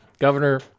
governor